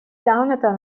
دهانتان